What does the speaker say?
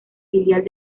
filial